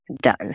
done